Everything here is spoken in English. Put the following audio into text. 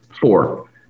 Four